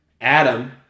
Adam